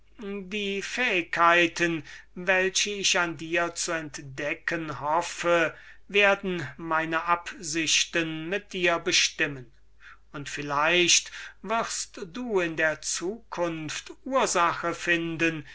die fähigkeiten die ich an dir zu entdecken hoffe werden meine absichten mit dir bestimmen und vielleicht wirst du in der zukunft ursache finden